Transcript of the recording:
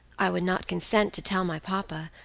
i would not consent to tell my papa,